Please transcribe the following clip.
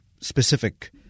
specific